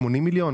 עוד 80 מיליון,